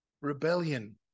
Rebellion